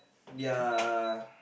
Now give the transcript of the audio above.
their